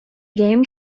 game